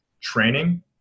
training